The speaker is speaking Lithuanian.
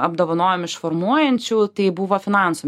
apdovanojom iš formuojančių tai buvo finansų